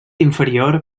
inferior